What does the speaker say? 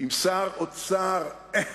עם שר אוצר, אה,